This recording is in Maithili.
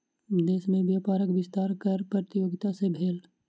देश में व्यापारक विस्तार कर प्रतियोगिता सॅ भेल